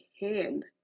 hand